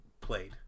played